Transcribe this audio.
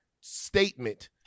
statement